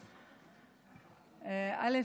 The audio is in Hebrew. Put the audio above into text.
א.